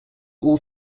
all